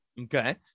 Okay